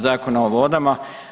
Zakona o vodama.